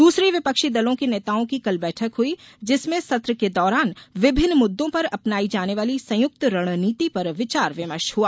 दूसरी विपक्षी दलों के नेताओं की कल बैठक हुई जिसमें सत्र के दौरान विभिन्न मुद्दों पर अपनाई जाने वाली संयुक्त रणनीति पर विचार विमर्श हुआ